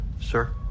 Sir